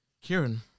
Kieran